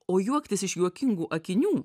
o juoktis iš juokingų akinių